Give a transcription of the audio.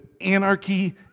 anarchy